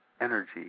energy